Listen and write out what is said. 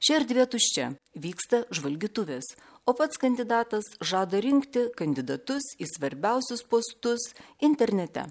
ši erdvė tuščia vyksta žvalgytuvės o pats kandidatas žada rinkti kandidatus į svarbiausius postus internete